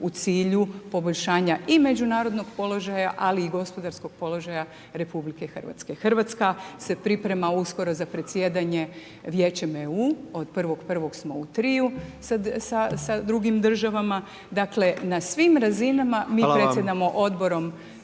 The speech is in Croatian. u cilju poboljšanja i međunarodnog položaja ali i gospodarskog položaja RH. Hrvatska se priprema uskoro za predsjedanje Vijećem EU od 1.1. smo u triju sa drugim državama, dakle na svim razinama mi predsjedamo odborom